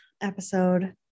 episode